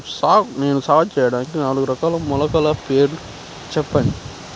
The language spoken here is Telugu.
నేను సాగు చేయటానికి నాలుగు రకాల మొలకల పేర్లు చెప్పండి?